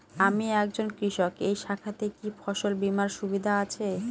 আমি একজন কৃষক এই শাখাতে কি ফসল বীমার সুবিধা আছে?